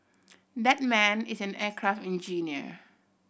that man is an aircraft engineer